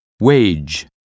wage